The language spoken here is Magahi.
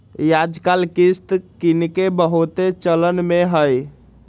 याजकाल किस्त किनेके बहुते चलन में हइ